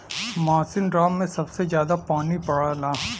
मासिनराम में सबसे जादा पानी पड़ला